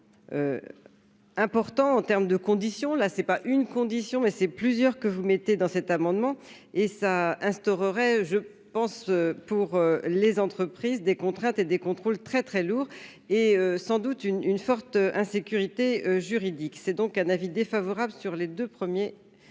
Important en termes de conditions là c'est pas une condition mais c'est plusieurs que vous mettez dans cet amendement et ça instaurerait je pense pour les entreprises des contraintes et des contrôles très très lourd et sans doute une une forte insécurité juridique, c'est donc un avis défavorable sur les 2 premiers